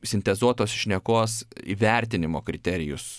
sintezuotos šnekos įvertinimo kriterijus